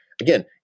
Again